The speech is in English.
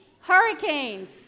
Hurricanes